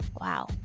wow